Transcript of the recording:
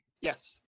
Yes